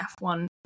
F1